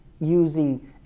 using